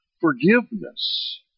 forgiveness